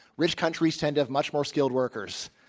rich countries send out much more skilled workers.